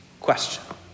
question